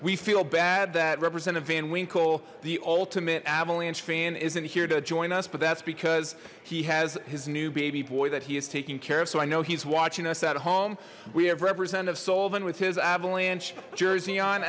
we feel bad that representative van winkle the ultimate avalanche fan isn't here to join us but that's because he has his new baby boy that he is taking care of so i know he's watching us at home we have representative sullivan with his avalanche jersey on